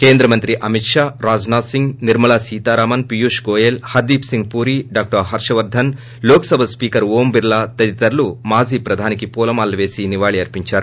కేంద్ర మంత్రి Amit Shah Rajnath Singh Nirmala Sitharaman Piyush Goyal Hardeep Singh Puri doctor Harsh Vardhan Lok Sabha speaker Om Birla తదితరులు మాజీ ప్రధానికి పూలమాలలు పేసి నివాళులు అర్పించారు